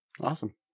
Awesome